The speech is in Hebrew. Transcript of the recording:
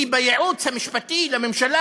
כי בייעוץ המשפטי לממשלה,